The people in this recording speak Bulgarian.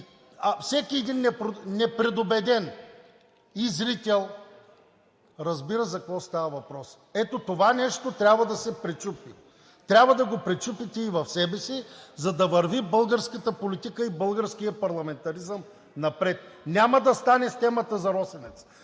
Всеки непредубеден зрител разбира за какво става въпрос. Ето това нещо трябва да се пречупи. Трябва да го пречупите и в себе си, за да върви българската политика и българският парламентаризъм напред. Няма да стане с темата за „Росенец“.